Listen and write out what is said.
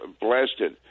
blasted